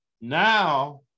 Now